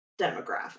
demographic